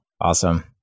Awesome